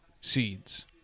seeds